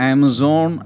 Amazon